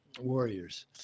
warriors